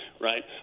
right